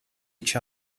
each